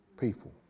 people